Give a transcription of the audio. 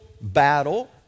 battle